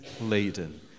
laden